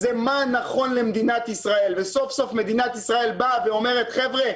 זה מה נכון למדינת ישראל וסוף סוף מדינת ישראל באה ואומרת חבר'ה,